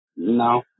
No